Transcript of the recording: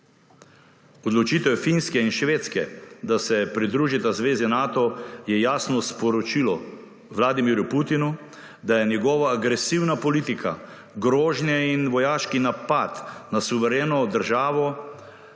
Odločitev Finske in Švedske, da se pridružita zvezi Nato, je jasno sporočilo Vladimirju Putinu, da je njegova agresivna politika, grožnje in vojaški napad na suvereno državo